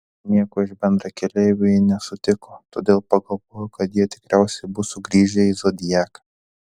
nieko iš bendrakeleivių ji nesutiko todėl pagalvojo kad jie tikriausiai bus sugrįžę į zodiaką